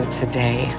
today